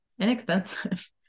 Inexpensive